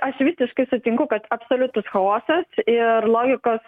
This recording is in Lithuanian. aš visiškai sutinku kad absoliutus chaosas ir logikos